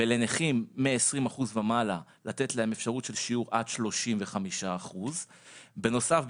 ולנכים מ-20% ומעלה לתת להם אפשרות של שיעור עד 35%. בנוסף,